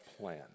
plan